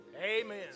Amen